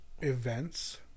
events